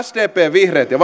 sdpn vihreiden ja